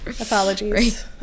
Apologies